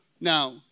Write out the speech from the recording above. Now